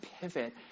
pivot